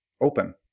open